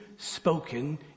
Spoken